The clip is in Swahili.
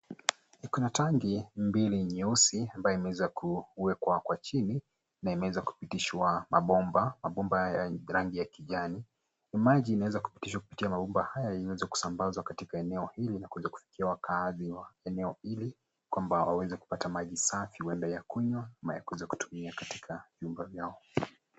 Kuna tanki mbili nyeusi mbaye imeweza kuwekwa kwa jini, na imeweswa kupitiswa mabomba, mabomba haya rangi ya kijani ni maji inaweza kupitisha mambomba haya iwezi kusambaswa katika eneo hili iwezi kufikia wakazi wa eneo hili kwamba aweze kupate maji safi ya kunywa ama kutumia